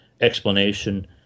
explanation